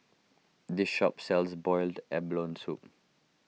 this shop sells Boiled Abalone Soup